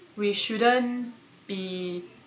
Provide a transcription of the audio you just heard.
we shouldn't be